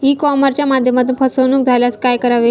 E कॉमर्सच्या माध्यमातून फसवणूक झाल्यास काय करावे?